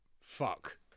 Fuck